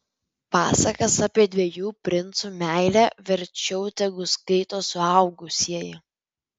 pasakas apie dviejų princų meilę verčiau tegu skaito suaugusieji